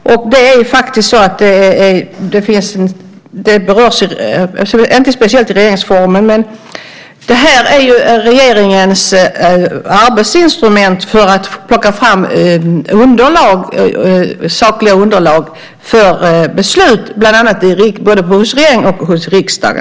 Det berörs inte speciellt i regeringsformen, men det här är regeringens arbetsinstrument för att plocka fram sakliga underlag för beslut, hos både regering och riksdag.